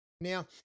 Now